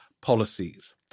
policies